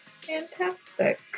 fantastic